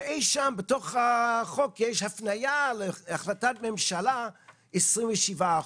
ואי שם בתוך החוק יש הפנייה להחלטת ממשלה שאומרת 27 אחוזים,